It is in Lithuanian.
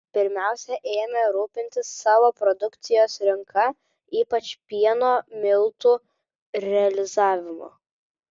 pirmiausia ėmė rūpintis savo produkcijos rinka ypač pieno miltų realizavimu